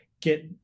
get